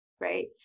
right